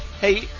Hey